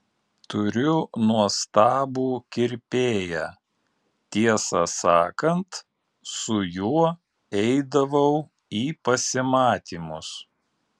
turiu nuostabų kirpėją tiesą sakant su juo eidavau į pasimatymus